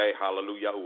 hallelujah